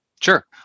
sure